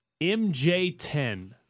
MJ10